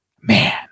man